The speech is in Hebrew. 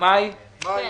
מאי גולן,